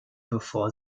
bevor